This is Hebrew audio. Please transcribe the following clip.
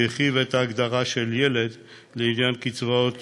שהרחיב את ההגדרה "ילד" לעניין קצבאות